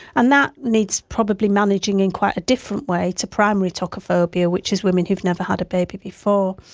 and that needs probably managing in quite a different way to primary tocophobia which is women who have never had a baby before.